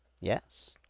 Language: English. Yes